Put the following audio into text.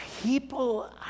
people